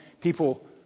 people